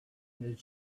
did